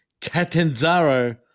Catanzaro